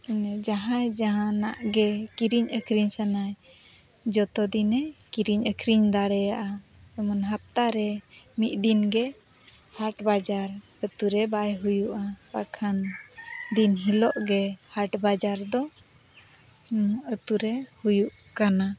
ᱡᱟᱦᱟᱸᱭ ᱡᱟᱦᱟᱱᱟᱜ ᱜᱮ ᱠᱤᱨᱤᱧ ᱟᱠᱷᱨᱤᱧ ᱥᱟᱱᱟᱭ ᱡᱚᱛᱚ ᱫᱤᱱᱮ ᱠᱤᱨᱤᱧ ᱟᱠᱷᱨᱤᱧ ᱫᱟᱲᱮᱭᱟᱜᱼᱟ ᱡᱮᱢᱚᱱ ᱦᱟᱯᱛᱟ ᱨᱮ ᱢᱤᱫ ᱫᱤᱱ ᱜᱮ ᱦᱟᱴ ᱵᱟᱡᱟᱨ ᱟᱛᱳ ᱨᱮ ᱵᱟᱭ ᱦᱩᱭᱩᱜᱼᱟ ᱵᱟᱠᱷᱟᱱ ᱫᱤᱱ ᱦᱤᱞᱳᱜ ᱜᱮ ᱦᱟᱴ ᱵᱟᱡᱟᱨ ᱫᱚ ᱟᱛᱳᱨᱮ ᱦᱩᱭᱩᱜ ᱠᱟᱱᱟ